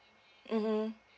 mmhmm